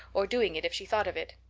or doing it if she thought of it.